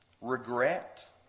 regret